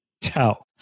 tell